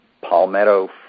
palmetto